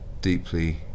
deeply